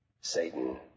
Satan